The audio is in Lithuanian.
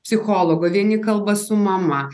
psichologų vieni kalba su mama